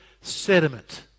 sediment